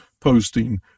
posting